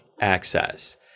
Access